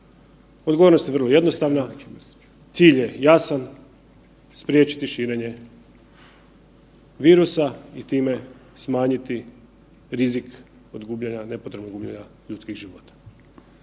Odgovornost je vrlo jednostavna, cilj je jasan spriječiti širenje virusa i time smanjiti rizik od gubljenja, nepotrebnog gubljenja ljudskih života.